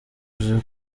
uje